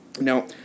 Now